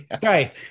sorry